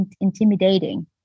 intimidating